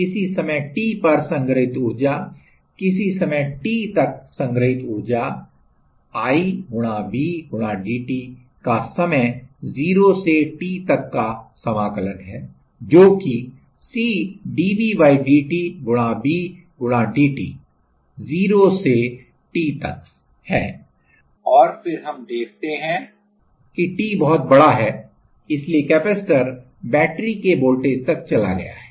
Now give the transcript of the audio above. किसी समय t पर संग्रहीत ऊर्जा किसी समय t तक संग्रहीत ऊर्जा i V dt का समय 0 से t तक का समाकलन है जो की C dVdt V dt 0 से t तक और फिर हमने यह t देखते है कि t बहुत बड़ा है इसलिए कैपिस्टर बैटरी के वोल्टेज तक चला गया है